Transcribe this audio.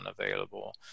unavailable